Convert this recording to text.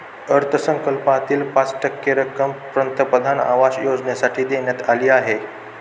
अर्थसंकल्पातील पाच टक्के रक्कम पंतप्रधान आवास योजनेसाठी देण्यात आली आहे